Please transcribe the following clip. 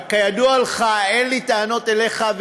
כידוע לך אין לי טענות אליך,